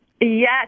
Yes